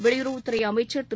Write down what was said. வெளியுறவுத்துறைஅமைச்சர் திரு